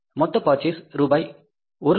மொத்த பர்சேஸ் ரூபாய் 120000